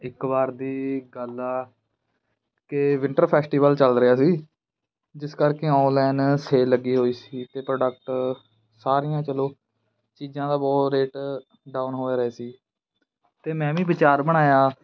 ਇੱਕ ਵਾਰ ਦੀ ਗੱਲ ਆ ਕਿ ਵਿੰਟਰ ਫੈਸਟੀਵਲ ਚੱਲ ਰਿਹਾ ਸੀ ਜਿਸ ਕਰਕੇ ਔਨਲਾਈਨ ਸੇਲ ਲੱਗੀ ਹੋਈ ਸੀ ਅਤੇ ਪ੍ਰੋਡਕਟ ਸਾਰੀਆਂ ਚਲੋ ਚੀਜ਼ਾਂ ਦਾ ਬਹੁਤ ਰੇਟ ਡਾਊਨ ਹੋ ਰਹੇ ਸੀ ਅਤੇ ਮੈਂ ਵੀ ਵਿਚਾਰ ਬਣਾਇਆ